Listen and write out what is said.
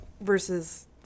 versus